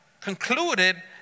concluded